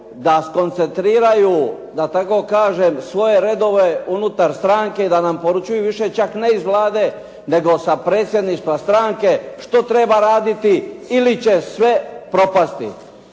da skoncentriraju, da tako kažem, svoje redove unutar stranke, da nam poručuju, više čak ne iz Vlade, nego sa predsjedništva stranke što treba raditi ili će sve propasti.